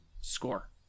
score